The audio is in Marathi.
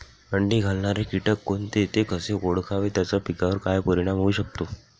अंडी घालणारे किटक कोणते, ते कसे ओळखावे त्याचा पिकावर काय परिणाम होऊ शकतो?